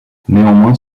néanmoins